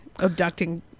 abducting